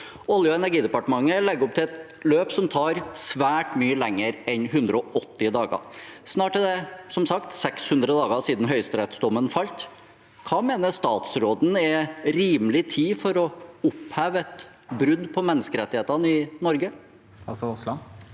Olje- og energidepartementet legger opp til et løp som tar svært mye lengre tid enn 180 dager. Snart er det, som sagt, 600 dager siden høyesterettsdommen falt. Hva mener statsråden er rimelig tid for å oppheve et brudd på menneskerettighetene i Norge? Statsråd